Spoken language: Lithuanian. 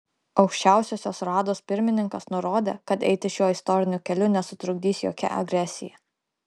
aukščiausiosios rados pirmininkas nurodė kad eiti šiuo istoriniu keliu nesutrukdys jokia agresija